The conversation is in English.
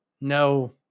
no